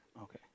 Okay